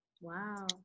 wow